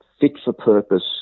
fit-for-purpose